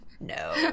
no